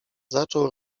zaczął